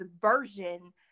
version